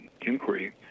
inquiry